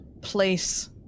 place